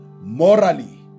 morally